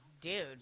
Dude